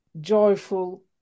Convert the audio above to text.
joyful